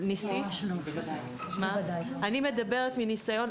אני מדברת מניסיון,